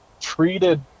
treated